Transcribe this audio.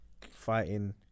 fighting